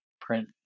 print